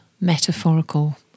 metaphorical